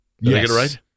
Yes